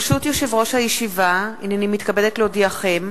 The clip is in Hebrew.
ברשות יושב-ראש הישיבה, הנני מתכבדת להודיעכם,